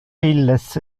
illes